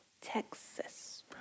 Texas